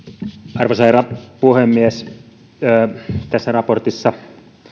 arvoisa herra puhemies tässä raportissa